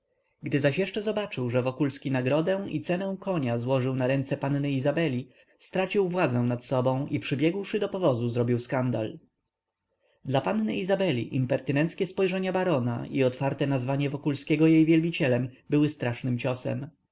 gdy zaś jeszcze zobaczył że wokulski nagrodę i cenę konia złożył na ręce panny izabeli stracił władzę nad sobą i przybiegłszy do powozu zrobił skandal dla panny izabeli impertynenckie spojrzenia barona i otwarte nazwanie wokulskiego jej wielbicielem były strasznym ciosem